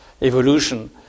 evolution